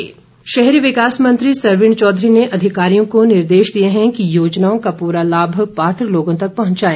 सरवीण शहरी विकास मंत्री सरवीण चौधरी ने अधिकारियों को निर्देश दिए हैं कि योजनाओं का पूरा लाभ पात्र लोगों तक पहुंचाएं